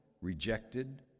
rejected